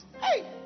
Hey